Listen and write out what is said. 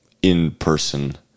in-person